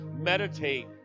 meditate